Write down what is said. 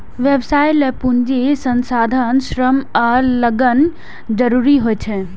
व्यवसाय लेल पूंजी, संसाधन, श्रम आ लगन जरूरी होइ छै